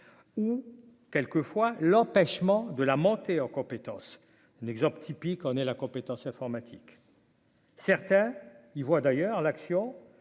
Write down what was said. ou quelques fois l'empêchement de la montée en compétence l'exemple typique : on est la compétence informatique. Certains y voient d'ailleurs l'action